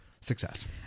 success